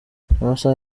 amasaha